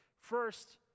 First